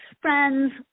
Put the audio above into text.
friends